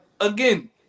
again